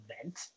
event